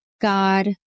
God